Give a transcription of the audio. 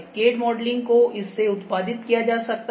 CAD modelling को इससे उत्पादित किया जा सकता है